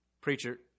Preacher